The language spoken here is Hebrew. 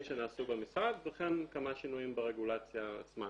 שנעשו במשרד וכן כמה שינויים ברגולציה עצמה,